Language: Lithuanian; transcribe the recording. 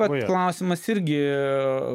vat klausimas irgi